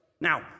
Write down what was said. Now